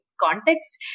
context